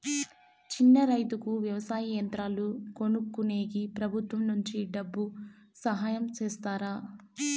చిన్న రైతుకు వ్యవసాయ యంత్రాలు కొనుక్కునేకి ప్రభుత్వం నుంచి డబ్బు సహాయం చేస్తారా?